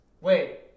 Wait